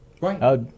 Right